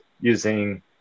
using